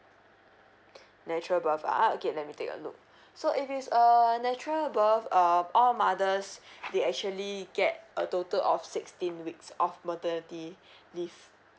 natural birth ah okay let me take a look so if it's a natural birth uh all mothers they actually get a total of sixteen weeks of maternity leave